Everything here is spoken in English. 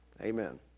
Amen